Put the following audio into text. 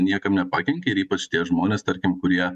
niekam nepakenkė ir ypač tie žmonės tarkim kurie